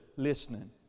Listening